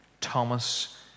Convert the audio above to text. Thomas